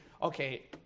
okay